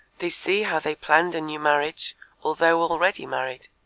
they see how they planned a new marriage although already married,